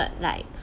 like